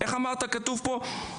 איך אמרת כתוב פה?